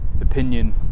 opinion